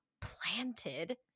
planted